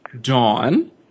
Dawn